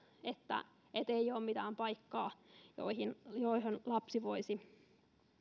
että ei ole mitään paikkaa johon lapsen voisi